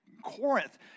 Corinth